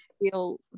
feel